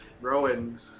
Rowan